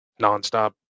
nonstop